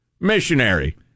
Missionary